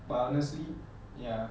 but honestly ya